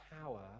power